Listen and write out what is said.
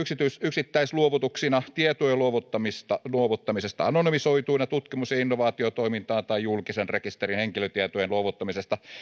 yksittäisluovutuksina tietojen luovuttamisesta luovuttamisesta anonymisoituina tutkimus ja innovaatiotoimintaan tai julkisen rekisterin henkilötietojen luovuttamisesta